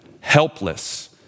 helpless